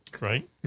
right